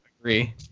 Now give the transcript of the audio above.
agree